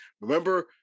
remember